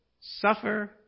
suffer